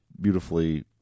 beautifully